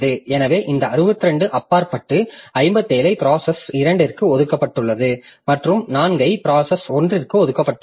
எனவே இந்த 62 அப்பாற்பட்டு 57 ஐ ப்ராசஸ் 2ற்கு ஒதுக்கப்பட்டுள்ளது மற்றும் 4 ஐ ப்ராசஸ் 1ற்கு ஒதுக்கப்பட்டுள்ளது